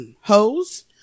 hoes